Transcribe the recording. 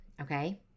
okay